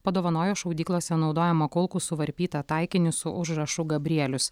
padovanojo šaudyklose naudojamą kulkų suvarpytą taikinį su užrašu gabrielius